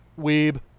Weeb